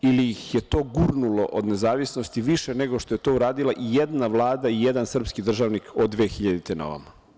Ili ih je to gurnulo od nezavisnosti više nego što je to uradila i jedna vlada i jedan srpski državnih od 2000. godine na ovamo.